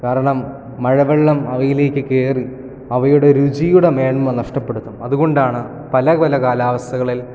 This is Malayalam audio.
കാരണം മഴവെള്ളം അവയിലേക്ക് കയറി അവയുടെ രുചിയുടെ മേന്മ നഷ്ടപ്പെടുന്നു അതുകൊണ്ടാണ് പല പല കാലാവസ്ഥകളിൽ